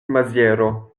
maziero